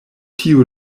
tiu